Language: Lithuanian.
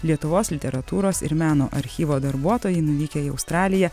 lietuvos literatūros ir meno archyvo darbuotojai nuvykę į australiją